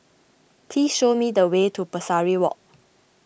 please show me the way to Pesari Walk